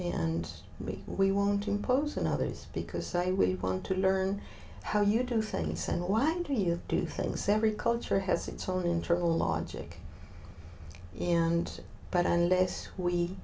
maybe we won't impose on others because we want to learn how you do things and why do you do things every culture has its own internal logic and but unless we